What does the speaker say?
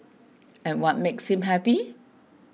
and what makes him happy